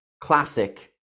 classic